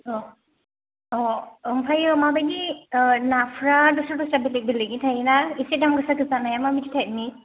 औ ओमफ्रायो माबायदि नाफ्रा दस्रा दस्रा बेलेख बेलेखनि थायोना इसे दाम गोसा गोसा नाया माबायदि थाइबनि